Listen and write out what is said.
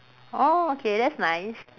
orh okay that's nice